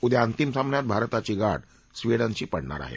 उद्या अंतिम सामन्यात भारताची गाठ स्वीडनशी पडणार आहे